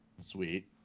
Sweet